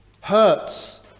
hurts